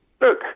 look